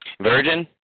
Virgin